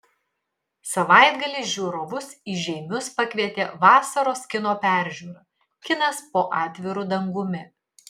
savaitgalį žiūrovus į žeimius pakvietė vasaros kino peržiūra kinas po atviru dangumi